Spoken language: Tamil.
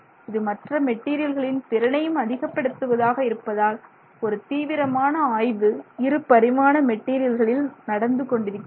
இது மற்ற மெட்டீரியல்களின் திறனையும் அதிகப்படுத்துவதாக இருப்பதால் ஒரு தீவிரமான ஆய்வு இருபரிமாண மெட்டீரியல்களில் நடந்து கொண்டிருக்கிறது